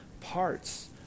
parts